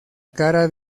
cara